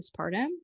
postpartum